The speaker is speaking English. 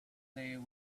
there